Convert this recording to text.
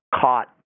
caught